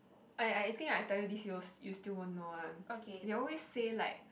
I I think I tell you this you you still won't know one they always say like